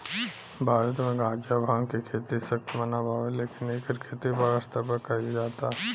भारत मे गांजा, भांग के खेती सख्त मना बावे लेकिन एकर खेती बड़ स्तर पर कइल जाता